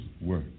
work